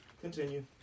Continue